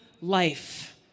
life